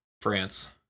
France